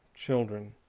children,